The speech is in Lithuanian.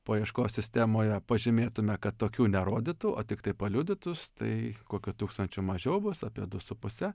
paieškos sistemoje pažymėtume kad tokių nerodytų o tiktai paliudytus tai kokiu tūkstančiu mažiau bus apie du su puse